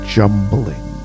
jumbling